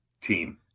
team